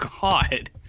God